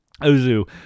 Ozu